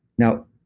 now,